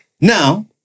Now